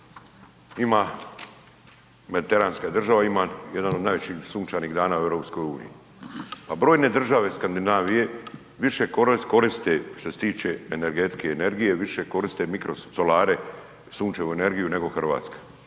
ima, mediteranska je država, ima jedan od najviših sunčanih dana u EU-u a brojne države Skandinavije više koriste što se tiče energetike i energije, više koriste mikrosolare, Sunčevu energiju nego Hrvatska.